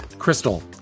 Crystal